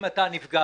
אם אתה נפגעת,